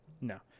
No